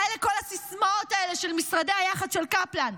מה כל הסיסמאות האלה של משרדי היח"צ של קפלן?